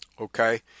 Okay